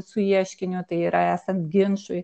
su ieškiniu tai yra esant ginčui